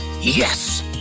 yes